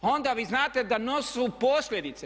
Onda vi znate da nosu posljedice.